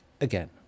again